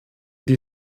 die